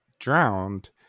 Drowned